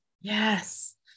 yes